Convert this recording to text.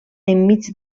enmig